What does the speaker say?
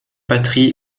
patry